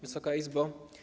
Wysoka Izbo!